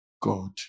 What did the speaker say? God